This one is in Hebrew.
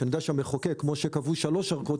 שאני יודע שהמחוקק כמו שקבעו שלוש ארכות,